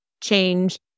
change